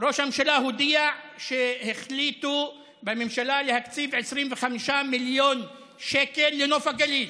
ראש הממשלה הודיע שהחליטו בממשלה להקציב 25 מיליון שקל לנוף הגליל.